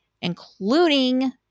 including